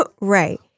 Right